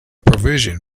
provision